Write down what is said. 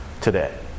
today